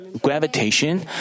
gravitation